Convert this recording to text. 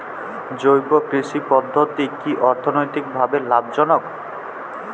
জৈব কৃষি পদ্ধতি কি অর্থনৈতিকভাবে লাভজনক?